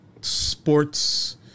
sports